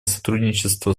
сотрудничество